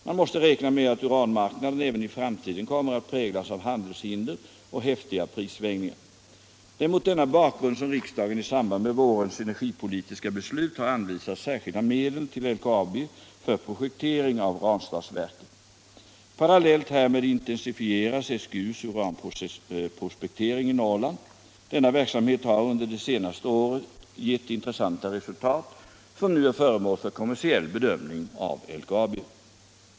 Man måste räkna med att uranmarknaden även i framtiden kommer att präglas av handelshinder och häftiga prissvängningar. Det är mot denna bakgrund som riksdagen i samband med vårens energipolitiska beslut har anvisat särskilda medel till LKAB för projektering av Ranstadsverket. Parallellt härmed intensifieras SGU:s uranprospektering i Norrland. Denna verksamhet har under det senaste året gett intressanta resultat som nu är föremål för kommersiell bedömning av LKAB.